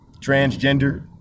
transgender